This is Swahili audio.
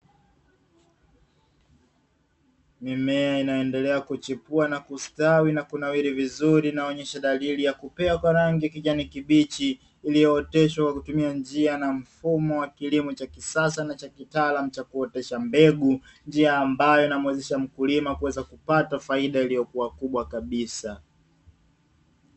Mimea inayoendelea kuchipua na kustawi na kunawiri vizuri inayoonyesha dalili ya kupea kwa rangi ya kijani kibichi iliyooteshwa kwa kutumia njia na mfumo wa kilimo cha kisasa na cha kitaalamu cha kuotesha mbegu. Njia ambayo inamuwezesha mkulima kuweza kupata faida iliyokuwa kubwa kabisa.